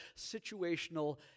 situational